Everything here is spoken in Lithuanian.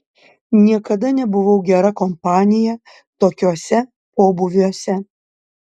niekada nebuvau gera kompanija tokiuose pobūviuose